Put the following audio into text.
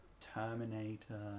Terminator